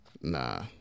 Nah